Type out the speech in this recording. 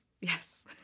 yes